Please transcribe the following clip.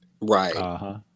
Right